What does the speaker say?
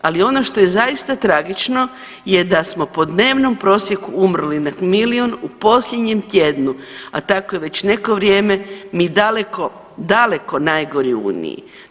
Ali ono što je zaista tragično je da smo po dnevnom prosjeku umrlih na milijun u posljednjem tjednu, a tako je već neko vrijeme, mi daleko, daleko najgori u uniji.